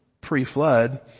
pre-flood